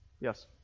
Yes